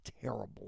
terrible